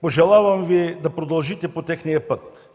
Пожелавам Ви да продължите по техния път.